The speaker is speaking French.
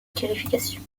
qualification